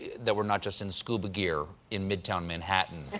that we're not just in scuba gear in midtown manhattan.